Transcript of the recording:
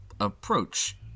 approach